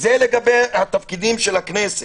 זה לגבי התפקידים של הכנסת.